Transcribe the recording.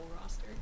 roster